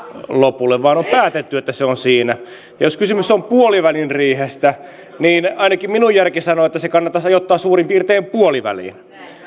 lopulle vaan on päätetty että se on siinä ja jos kysymys on puolivälin riihestä niin ainakin minun järkeni sanoo että se kannattaisi ajoittaa suurin piirtein puoliväliin